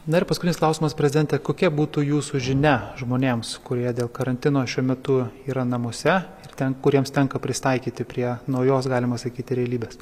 na ir paskutinis klausimas prezidente kokia būtų jūsų žinia žmonėms kurie dėl karantino šiuo metu yra namuose ir ten kuriems tenka prisitaikyti prie naujos galima sakyti realybės